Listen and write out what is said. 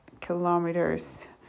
kilometers